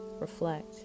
reflect